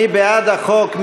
מי בעד החוק?